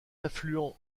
affluent